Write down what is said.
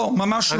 ממש לא.